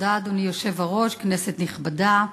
אדוני היושב-ראש, תודה, כנסת נכבדה,